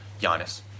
Giannis